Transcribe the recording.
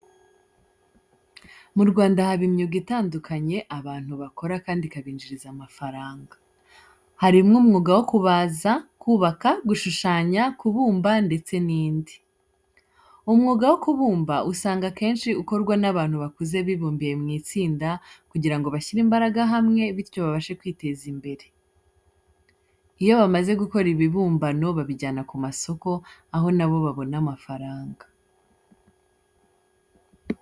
Mu Rwanda haba imyuga itandukanye abantu bakora kandi ikabinjiriza amafaranga, harimo umwuga wo kubaza, kubaka, gushushanya, kubumba, ndetse n'indi. Umwuga wo kubumba usanga akenshi ukorwa n'abantu bakuze bibumbiye mw'itsinda kugira ngo bashyire imbaraga hamwe bityo babashe kwiteza imbere. Iyo bamaze gukora ibibumbano babijyana ku masoko aho nabo babona amafaranga.